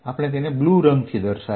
આપણે તેને બ્લુ રંગથી દર્શાવીએ